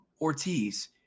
Ortiz